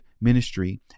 ministry